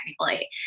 technically